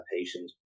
patient